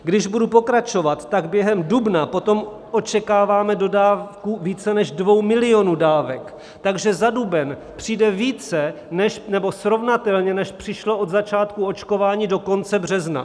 Když budu pokračovat, tak během dubna potom očekáváme dodávku více než 2 milionů dávek, takže za duben přijde srovnatelně, než přišlo od začátku očkování do konce března.